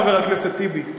חבר הכנסת טיבי?